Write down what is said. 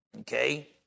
Okay